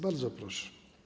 Bardzo proszę.